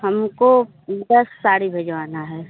हमको दस साड़ी भिजवाना है